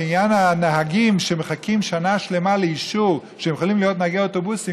בעניין הנהגים שמחכים שנה שלמה לאישור שהם יכולים להיות נהגי אוטובוסים,